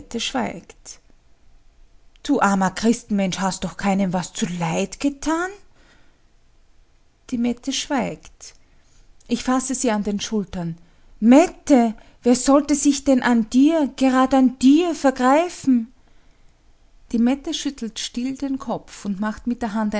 schweigt du armer christenmensch hast doch keinem was zuleid getan die mette schweigt ich fasse sie an den schultern mette wer sollte sich denn an dir gerad an dir vergreifen die mette schüttelt still den kopf und macht mit der hand